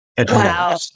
wow